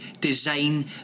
design